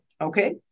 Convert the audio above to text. Okay